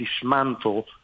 dismantle